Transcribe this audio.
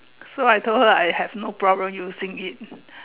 so I told her I have no problem using it